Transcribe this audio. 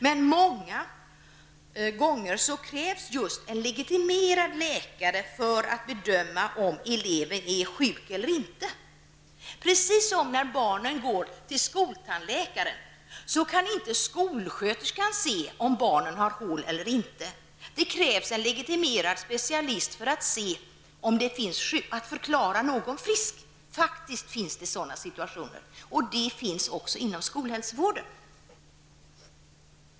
Men många gånger krävs just en legitimerad läkare för att bedöma om eleven är sjuk eller inte. Precis som när barnen går till skoltandläkaren kan inte skolsköterskan se om barnen har hål eller inte. Det krävs en legitimerad specialist för att kunna förklara någon frisk. Faktiskt finns det sådana situationer. De förekommer också inom skolhälsovården.